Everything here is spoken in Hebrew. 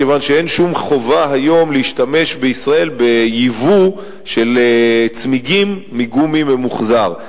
כיוון שאין שום חובה היום להשתמש בישראל ביבוא של צמיגים מגומי ממוחזר.